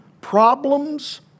problems